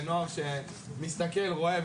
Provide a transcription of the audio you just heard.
לנוער שמסתכל ורואה,